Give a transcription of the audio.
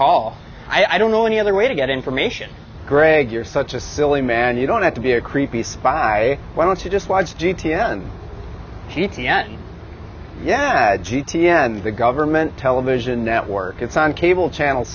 hall i don't know any other way to get information greg you're such a silly man you don't have to be a creepy spy why don't you just watch g t n t t s yeah g t n the government television network it's on cable channel